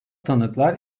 tanıklar